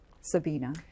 Sabina